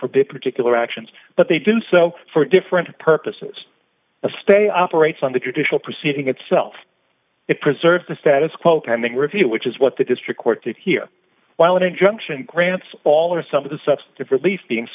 forbid particular actions but they do so for different purposes a stay operates on the judicial proceeding itself it preserves the status quo coming review which is what the district court to hear while an injunction grants all or some of the substantive relief being